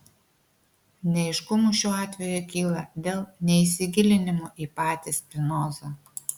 neaiškumų šiuo atveju kyla dėl neįsigilinimo į patį spinozą